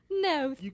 No